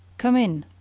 come in,